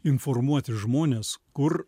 informuoti žmones kur